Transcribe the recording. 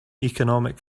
economic